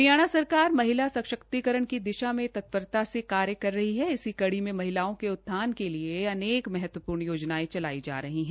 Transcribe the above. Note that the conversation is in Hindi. हरियाणा सरकार महिला सशक्तीकरण की दिशा में तत्परता से कार्य कर रही है इसी कड़ी में महिलाओं के उत्थान के लिए अनेक महत्वपूर्ण योजनाएं चलाई जा रही हैं